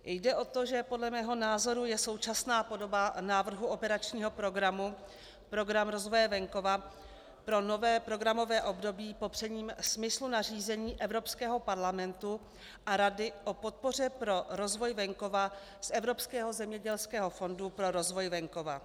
Jde o to, že podle mého názoru je současná podoba návrhu operačního programu Program rozvoje venkova pro nové programové období popřením smyslu nařízení Evropského parlamentu a Rady o podpoře pro rozvoj venkova z Evropského zemědělského fondu pro rozvoj venkova.